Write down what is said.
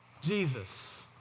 Jesus